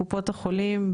קופות החולים,